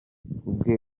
bwe